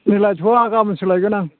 दिनै लायथ'वा गाबोनसो लायगोन आं